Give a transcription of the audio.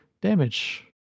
damage